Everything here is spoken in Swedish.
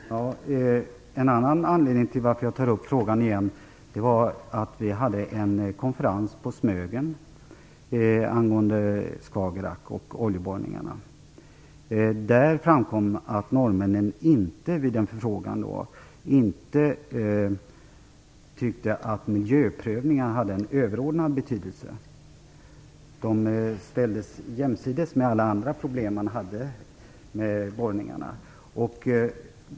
Fru talman! En annan anledning till att jag tar upp frågan igen är att vi hade en konferens på Smögen angående oljeborrningarna i Skagerrak. Där framkom det att Norge inte tyckte att miljöprövningen hade en överordnande betydelse. Den ställdes jämsides med alla andra problem med borrningarna.